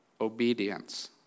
obedience